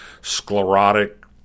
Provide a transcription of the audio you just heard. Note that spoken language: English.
sclerotic